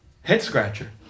head-scratcher